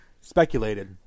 Speculated